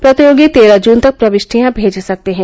प्रतियोगी तेरह जून तक प्रविष्टियां भेज सकते हैं